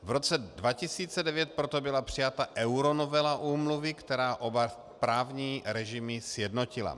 V roce 2009 proto byla přijata euronovela úmluvy, která oba právní režimy sjednotila.